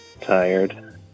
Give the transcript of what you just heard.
tired